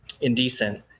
indecent